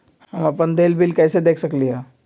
हम अपन देल बिल कैसे देख सकली ह?